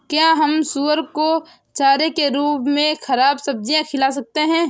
क्या हम सुअर को चारे के रूप में ख़राब सब्जियां खिला सकते हैं?